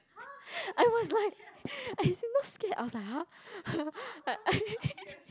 I was like I still not scared I was like !huh!